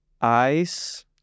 ice